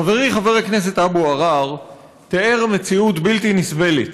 חברי חבר הכנסת אבו עראר תיאר מציאות בלתי נסבלת